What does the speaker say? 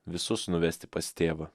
visus nuvesti pas tėvą